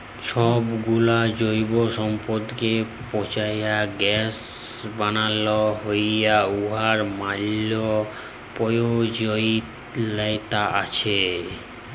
ছবগুলা জৈব সম্পদকে পঁচায় গ্যাস বালাল হ্যয় উয়ার ম্যালা পরয়োজলিয়তা আছে